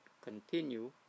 continue